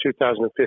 2015